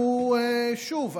שוב,